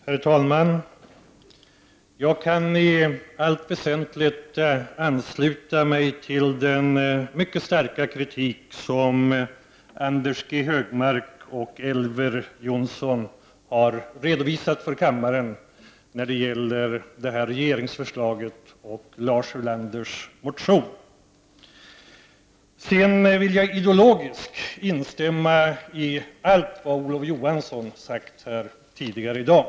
Herr talman! Jag kan i allt väsentligt ansluta mig till den mycket starka kritik som Anders G Högmark och Elver Jonsson har redovisat för kammaren mot det aktuella regeringsförslaget och Lars Ulanders motion. Ideologiskt instämmer jag i allt vad Olof Johansson har sagt här tidigare i dag.